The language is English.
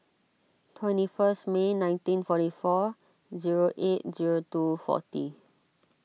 twenty first May nineteen forty four zero eight zero two forty